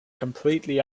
completely